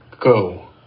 go